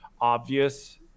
obvious